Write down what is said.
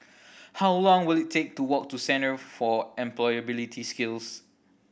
how long will it take to walk to Centre for Employability Skills